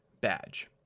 badge